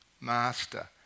Master